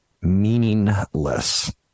Meaningless